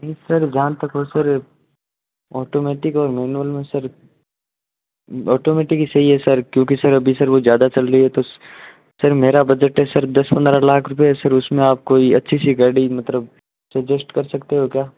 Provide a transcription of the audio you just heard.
नहीं sir automatic और manual में सर औटोमटिक ही सही है सर क्योंकि सर अभी सर वो ज्यादा चल रही है तो सर मेरा बजट है सर दस पंद्रह लाख रुपये सर उसमें आपको कोई अच्छी सी गाड़ी मतलब सजेस्ट कर सकते हो क्या